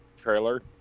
trailer